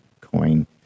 coin